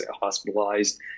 hospitalized